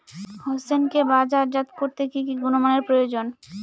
হোসেনকে বাজারজাত করতে কি কি গুণমানের প্রয়োজন?